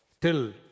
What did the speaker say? till